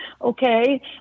okay